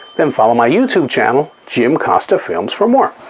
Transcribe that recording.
then follow my youtube channel, jim costa films, for more.